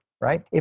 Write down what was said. right